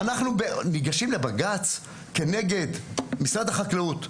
אנחנו ניגשים לבג"ץ כנגד משרד החקלאות.